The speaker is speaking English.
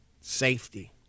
safety